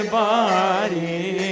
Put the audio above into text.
body